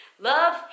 Love